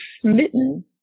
smitten